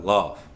Love